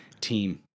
team